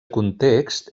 context